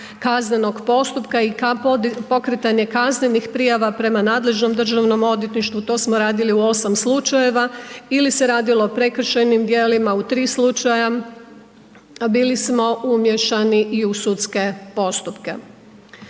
kaznenog postupka i pokretanje kaznenih prijava prema nadležnom državnom odvjetništvu, to smo radili u 8 slučajeva, ili se radilo o prekršajnim dijelima u 3 slučaja. Bili smo umiješani i u sudske postupke.